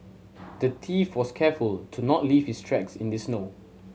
the thief was careful to not leave his tracks in this snow